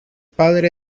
padre